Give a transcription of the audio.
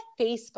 Facebook